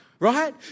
right